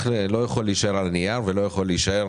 לא יכול להישאר על הנייר ולא יכול להישאר